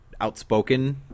outspoken